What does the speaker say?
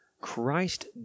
Christ